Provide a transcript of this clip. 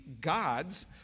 gods